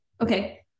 okay